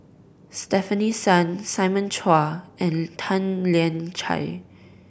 Stefanie Sun Simon Chua and Tan Lian Chye